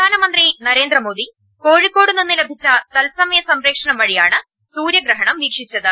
പ്രധാനമന്ത്രി നരേന്ദ്രമോദി കോഴിക്കോടു നിന്ന് ലഭിച്ച തത്സമയം സംപ്രേക്ഷണം വഴിയാണ് സൂര്യഗ്രഹണം വീക്ഷിച്ച ത്